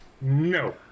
no